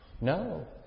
No